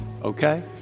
okay